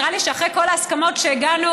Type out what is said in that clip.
נראה לי שאחרי כל ההסכמות שהגענו